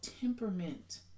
temperament